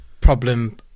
problem